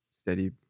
steady